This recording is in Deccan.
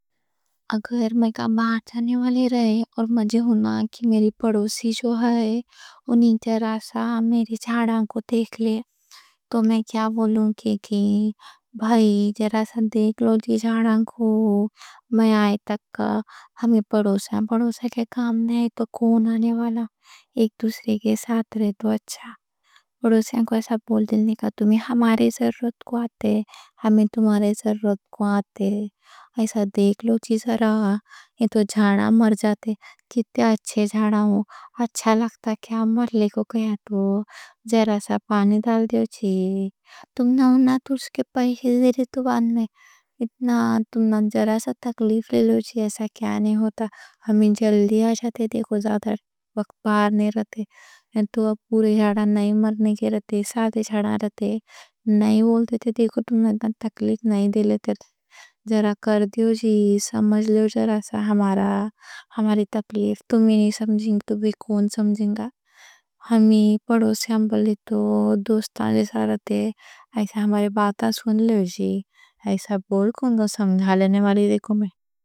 اگر میں باہر جانے والے رہے اور مجھے ہونا کہ میری پڑوسی جو ہے، انہیں جرہ سا میری جھاڑاں کو دیکھ لے، تو میں کیا بولوں؟ بھائی، جرہ سا دیکھ لو جھاڑاں کو۔ میں آئے تک ہمیں پڑوسیاں کے کام نہیں، تو کون آنے والا؟ ایک دوسرے کے ساتھ رہتا اچھا، پڑوسیاں کو ایسا بول دینے کا۔ تمہیں ہمارے ضرورت کو آتے، ہمیں تمہارے ضرورت کو آتے۔ ایسا دیکھ لو جی، ایسا جھاڑاں مر جاتے، کتے اچھے جھاڑاں ہوں، اچھا لگتا۔ آہ مر لے گو، تو جرہ سا پانی ڈال دیو جی۔ تمہیں ہم نا تُس کے پیشے دی رہے تو بان میں اتنا، تمہیں جرہ سا تکلیف لے لو جی۔ ایسا کیا نہیں ہوتا، ہمیں جلدی آجاتے، دیکھو زیادہ بک پار نہیں رہتے۔ ایسا تو پورے جھاڑاں نہیں مرنے کے رتے، ساتھ چھڑاں رتے نہیں بولتے تھی، تکلیف نہیں دے لیتے۔ جرہ کر دیو جی، سمجھ لیو جرہ سا ہمارا، ہماری تکلیف۔ تمہیں نہیں سمجھیں، تمہیں کون سمجھیں گا؟ ہمیں پڑوسی، ہم پلی تو دوستان جی سا رتے، ایسا ہمارے باتا سن لیو جی۔ ایسا بول کن دو، سمجھا لینے ماری، دیکھو میں۔